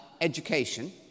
education